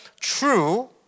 true